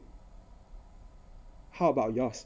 how about yours